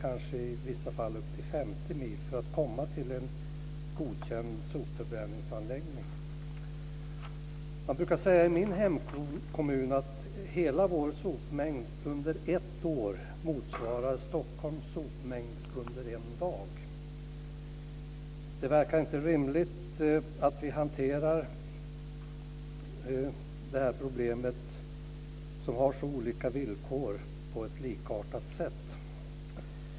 I vissa fall är det kanske uppemot I min hemkommun brukar det sägas att hela vår sopmängd under ett år motsvarar Stockholms sopmängd under en dag. Det verkar inte rimligt att vi hanterar problemet på likartat sätt när det är så olika villkor.